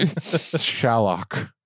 Shallock